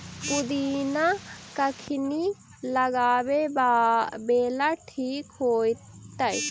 पुदिना कखिनी लगावेला ठिक होतइ?